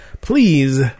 Please